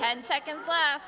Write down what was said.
ten seconds left